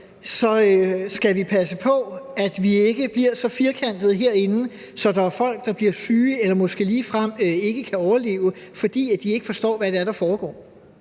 skal vi passe på, at vi ikke bliver så firkantede herinde, at der er folk, der bliver syge eller måske ligefrem ikke kan overleve, fordi de ikke forstår, hvad det er,